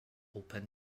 open